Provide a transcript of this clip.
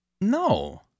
No